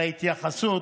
על ההתייחסות,